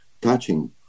touching